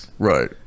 Right